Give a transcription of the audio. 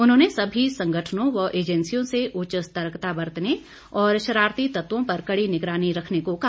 उन्होंने सभी संगठनों व एजेंसियों से उच्च सतर्कता बरतने और शरारती तत्वों पर कड़ी निगरानी रखने को कहा